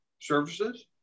services